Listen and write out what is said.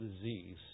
disease